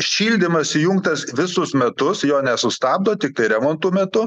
šildymas įjungtas visus metus jo nesustabdo tiktai remontų metu